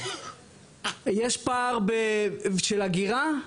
יש פער של הגירה?